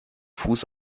fuß